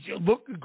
look